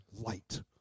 light